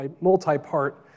multi-part